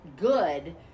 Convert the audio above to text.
good